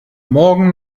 morgen